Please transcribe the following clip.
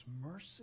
mercy